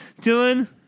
Dylan